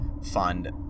fund